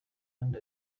kandi